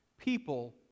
people